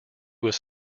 was